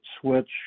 switch